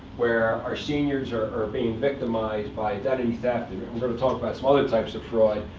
where our seniors are are being victimized by identity theft. and we're going to talk about some other types of fraud.